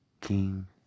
King